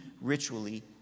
ritually